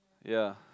ya